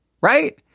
right